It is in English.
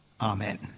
Amen